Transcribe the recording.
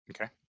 okay